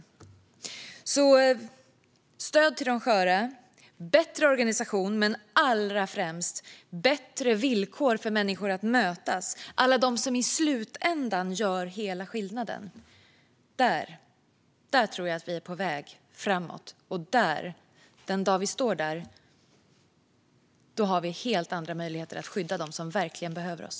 Vi ska alltså ha stöd till de sköra och bättre organisation men allra främst bättre villkor för människor att mötas - alla de som i slutändan gör hela skillnaden. Där tror jag att vi är på väg framåt, och den dag vi står där har vi helt andra möjligheter att skydda dem som verkligen behöver oss.